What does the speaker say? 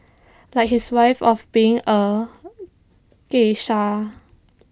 like his wife of being A geisha